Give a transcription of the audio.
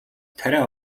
тариа